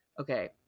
okay